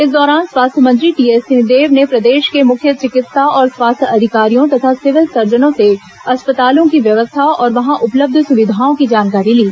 इस दौरान स्वास्थ्य मंत्री टीएस सिंहदेव ने प्रदेश के मुख्य चिकित्सा और स्वास्थ्य अधिकारियों तथा सिविल सर्जनों से अस्पतालों की व्यवस्था और वहां उपलब्ध स्विधाओं की जानकारी ली